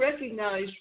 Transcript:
recognize